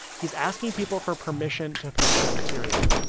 he's asking people for permission to post their material.